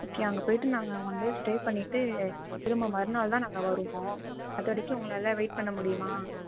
okay அங்கே போயிட்டு நாங்கள் ஒன் டே ஸ்டே பண்ணிவிட்டு திரும்ப மறுநாள் தான் நாங்கள் வருவோம் அது வரைக்கும் உங்களால் வெயிட் பண்ண முடியுமா